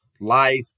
life